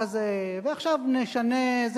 ועכשיו נשנה,